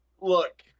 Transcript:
Look